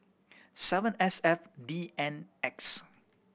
seven S F D N X